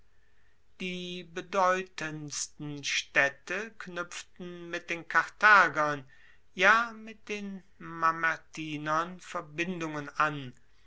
die bedeutendsten staedte knuepften mit den karthagern ja mit den mamertinern verbindungen an